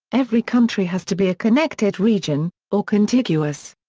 every country has to be a connected region, or contiguous.